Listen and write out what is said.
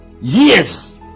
yes